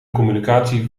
communicatie